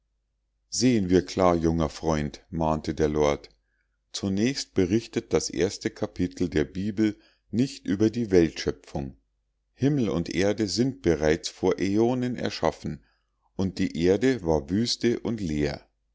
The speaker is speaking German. sehen wir klar junger freund mahnte der lord zunächst berichtet das erste kapitel der bibel nicht über die weltschöpfung himmel und erde sind bereits vor äonen erschaffen und die erde war wüste und leer